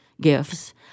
gifts